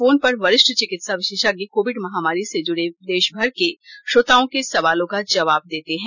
phone पर वरिष्ठ चिकित्सा विशेषज्ञ कोविड महामारी से जुड़े देशभर के श्रोताओं के सवालों का जवाब देते हैं